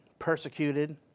persecuted